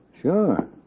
Sure